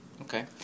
okay